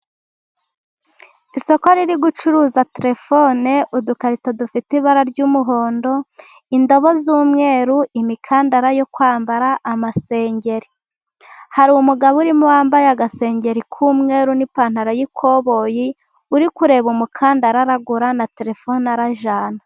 Isoko riri gucuruza telefone, udukarito dufite ibara ry'umuhondo, indabo z'umweru, imikandara yo kwambara, amasengeri. Hari umugabo urimo wambaye agaseri k'umweru n'ipantaro y'ikoboyi uri kureba umukandara aragura na telefoni arajyana.